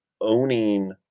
owning